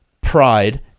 pride